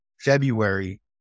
February